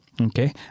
Okay